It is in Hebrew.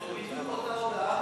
זאת בדיוק אותה הודעה